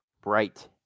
bright